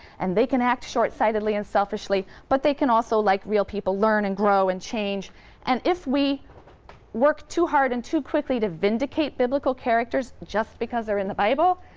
and they can act shortsightedly and selfishly. but they can also, like real people, learn and grow and change and if we work too hard and too quickly to vindicate biblical characters just because they're in the bible,